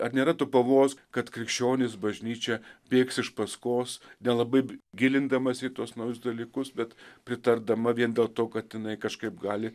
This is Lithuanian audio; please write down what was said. ar nėra to pavojaus kad krikščionys bažnyčia bėgs iš paskos nelabai gilindamasi į tuos naujus dalykus bet pritardama vien dėl to kad jinai kažkaip gali